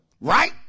Right